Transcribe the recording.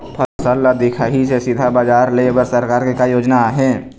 फसल ला दिखाही से सीधा बजार लेय बर सरकार के का योजना आहे?